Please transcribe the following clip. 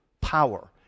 power